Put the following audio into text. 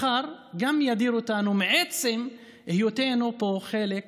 מחר הוא גם ידיר אותנו מעצם היותנו פה חלק